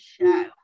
show